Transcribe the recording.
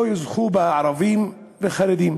לא יזכו בה הערבים והחרדים,